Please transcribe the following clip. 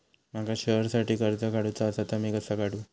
माका शेअरसाठी कर्ज काढूचा असा ता मी कसा काढू?